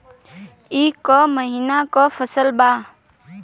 ई क महिना क फसल बा?